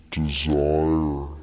desire